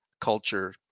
culture